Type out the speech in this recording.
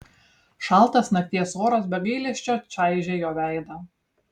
šaltas nakties oras be gailesčio čaižė jo veidą